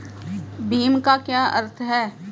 भीम का क्या अर्थ है?